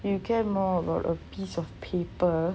you care more about a piece of paper